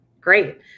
Great